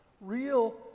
Real